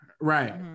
right